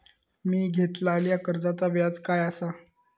मी घेतलाल्या कर्जाचा व्याज काय आसा?